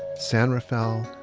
san rafael,